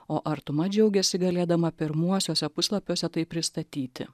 o artuma džiaugiasi galėdama pirmuosiuose puslapiuose tai pristatyti